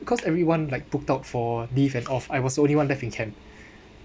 because everyone like booked out for leave and off I the was only one left in camp